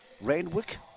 Randwick